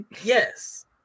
Yes